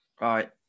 Right